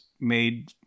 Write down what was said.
Made